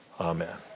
Amen